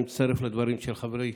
אני מצטרף לדברים של חברי